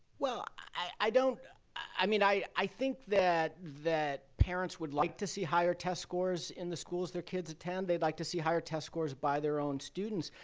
well, i don't i mean, i i think that that parents would like to see higher test scores in the schools their kids attend. they'd like to see higher test scores by their own students,